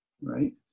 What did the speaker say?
right